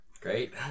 great